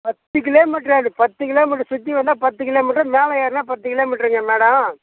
பத்து kilometre அது பத்து கிலோ மீட்டர் சுத்தி வந்தால் பத்து கிலோ மீட்டர் மேல ஏறுனா பத்து கிலோ மீட்டருங்க மேடம்